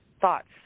thoughts